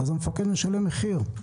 המפקד משלם מחיר.